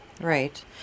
Right